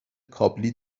کابلی